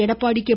Edappadi K